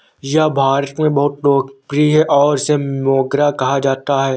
यह भारत में बहुत लोकप्रिय है और इसे मोगरा कहा जाता है